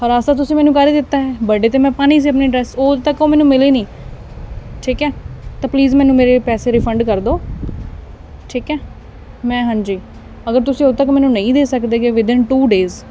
ਹਰਾਸ ਤਾਂ ਤੁਸੀਂ ਮੈਨੂੰ ਕਰ ਹੀ ਦਿੱਤਾ ਹੈ ਬਰਡੇ 'ਤੇ ਮੈਂ ਪਾਉਣੀ ਸੀ ਆਪਣੀ ਡਰੈਸ ਉਦੋਂ ਤੱਕ ਉਹ ਮੈਨੂੰ ਮਿਲੀ ਨਹੀਂ ਠੀਕ ਹੈ ਤਾਂ ਪਲੀਜ਼ ਮੈਨੂੰ ਮੇਰੇ ਪੈਸੇ ਰਿਫੰਡ ਕਰ ਦਿਉ ਠੀਕ ਹੈ ਮੈਂ ਹਾਂਜੀ ਅਗਰ ਤੁਸੀਂ ਉਦੋ ਤੱਕ ਮੈਨੂੰ ਨਹੀਂ ਦੇ ਸਕਦੇ ਗੇ ਵਿਦ ਇਨ ਟੂ ਡੇਜ਼